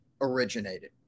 originated